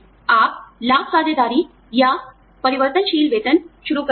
आप लाभ साझेदारी या परिवर्तनशील वेतन शुरू कर सकते हैं